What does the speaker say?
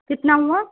کتنا ہوا